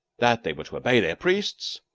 that they were to obey their priests,